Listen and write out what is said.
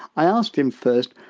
i asked him, first,